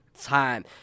time